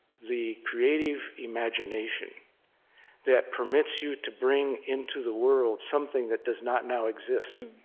the creative imagination that permits you to bring into the world something that does not now exist?